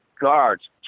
guards